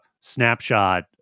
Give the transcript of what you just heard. snapshot